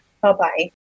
Bye-bye